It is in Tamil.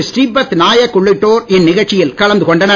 ஸ்ரீபத் நாயக் உள்ளிட்டோர் இந்நிகழ்ச்சியில் கலந்து கொண்டனர்